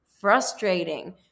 frustrating